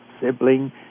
sibling